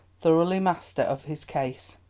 thoroughly master of his case.